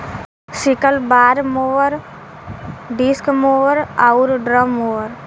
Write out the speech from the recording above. sickle bar mower, disc mower आउर drum mower